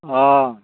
अह